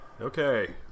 okay